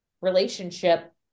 relationship